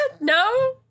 No